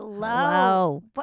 Hello